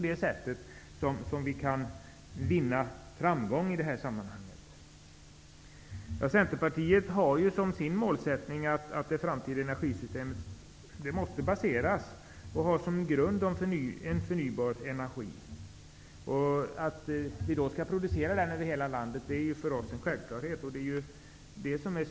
Det är så vi kan vinna framgång i det här sammanhanget. Centerpartiet har som sin målsättning att det framtida energisystemet måste baseras på förnybar energi. För oss är det en självklarhet att sådan energi skall produceras över hela landet.